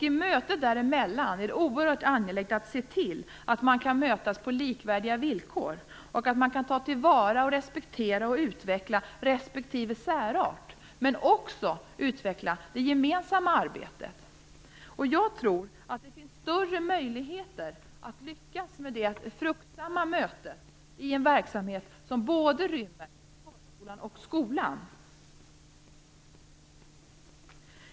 I mötet däremellan är det oerhört angeläget att se till att man kan mötas på likvärdiga villkor och att man kan ta till vara, respektera och utveckla respektive särart, men också utveckla det gemensamma arbetet. Jag tror att det finns större möjligheter att lyckas med ett fruktsamt möte i en verksamhet som både rymmer förskolan och skolan.